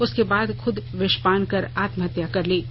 उसके बाद खुद विषपान कर आत्महत्या कर ली है